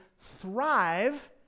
thrive